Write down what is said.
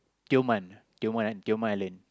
Tioman Tioman Tioman Island